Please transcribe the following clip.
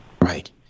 Right